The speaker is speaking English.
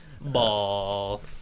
ball